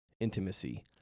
intimacy